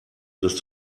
dass